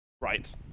Right